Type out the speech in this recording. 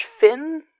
fin